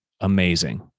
amazing